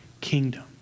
kingdom